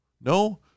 No